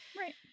Right